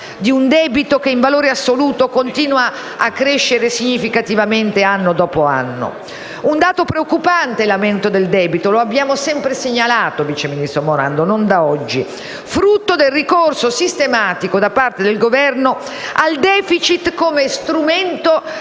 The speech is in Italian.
di un debito che, in valore assoluto, continua a crescere significativamente anno dopo anno? L'aumento del debito è un dato preoccupante - lo abbiamo sempre segnalato, vice ministro Morando, e non da oggi - frutto del ricorso sistematico da parte del Governo al *deficit* come strumento